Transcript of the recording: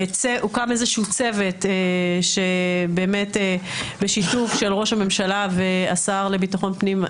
הוקם צוות בשיתוף ראש הממשלה והשר לביטחון לאומי,